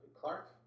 Clark